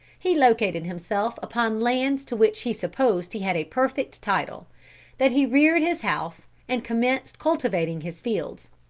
he located himself upon lands to which he supposed he had a perfect title that he reared his house and commenced cultivating his fields.